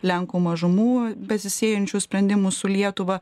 lenkų mažumų besisiejančių sprendimų su lietuva